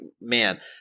man